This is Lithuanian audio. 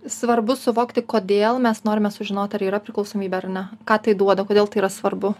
svarbu suvokti kodėl mes norime sužinoti ar yra priklausomybė ar ne ką tai duoda kodėl tai yra svarbu